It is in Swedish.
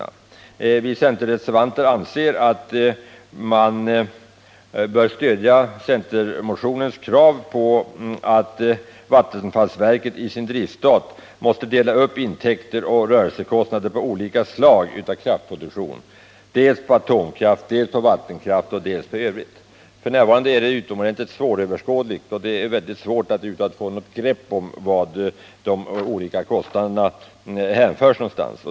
Vi centerreservanter anser att man bör stödja centermotionens krav på att vattenfallsverket i sin driftstat måste dela upp intäkter och rörelsekostnader på olika slag av kraftproduktion, dels på atomkraft, dels på vattenkraft och dels på övrig energiproduktion. F.n. är driftstaten utomordentligt svåröverskådlig, och det är mycket svårt att över huvud taget få något grepp om vad de olika kostraderna hänför sig till.